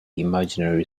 imaginary